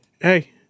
Hey